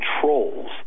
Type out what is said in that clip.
controls